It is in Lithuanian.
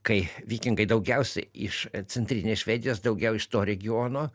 kai vikingai daugiausia iš centrinės švedijos daugiau iš to regiono